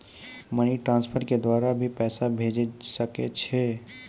Money transfer के द्वारा भी पैसा भेजै सकै छौ?